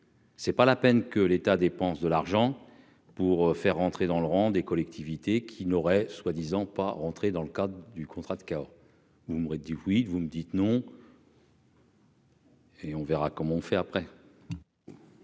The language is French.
C'est pas la peine que l'État dépense de l'argent pour faire rentrer dans le rang des collectivités qui n'aurait soi-disant pas rentrer dans le cadre du contrat de Cahors, vous m'aurez dit oui, vous me dites non. Et on verra comment on fait après.